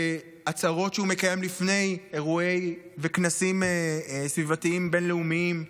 בהצהרות שהוא מקיים לפני אירועים וכנסים סביבתיים בין-לאומיים.